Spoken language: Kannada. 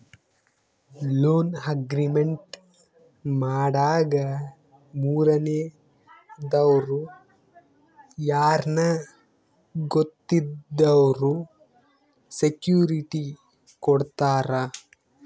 ಲೋನ್ ಅಗ್ರಿಮೆಂಟ್ ಮಾಡಾಗ ಮೂರನೇ ದವ್ರು ಯಾರ್ನ ಗೊತ್ತಿದ್ದವ್ರು ಸೆಕ್ಯೂರಿಟಿ ಕೊಡ್ತಾರ